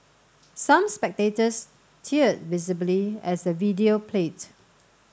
some spectators teared visibly as the video played